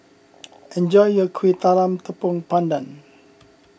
enjoy your Kuih Talam Tepong Pandan